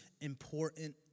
important